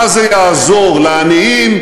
מה זה יעזור לעניים,